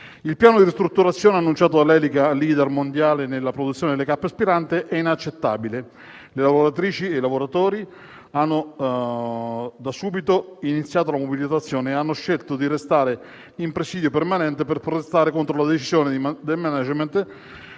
Il piano di ristrutturazione annunciato dall'Elica, *leader* mondiale nella produzione di cappe aspiranti, «è inaccettabile. Le lavoratrici e i lavoratori hanno da subito iniziato la mobilitazione e hanno scelto di restare in presidio permanente per protestare contro la decisione del *management*